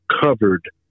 covered